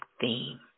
theme